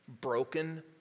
Broken